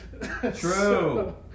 True